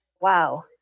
wow